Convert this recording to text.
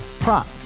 Prop